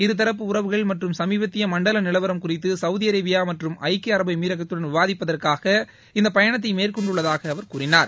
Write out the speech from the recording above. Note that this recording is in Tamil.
இருதரப்பு உறவுகள் மற்றும் சமீபத்திய மண்டல நிலவரம் குறித்து சவுதி அரேபியா மற்றும் ஐக்கிய அரபு எமிரகத்துடன் விவாதிப்பதற்காக இந்த பயணத்தை மேற்கொண்டுள்ளதாக அவர் கூறினார்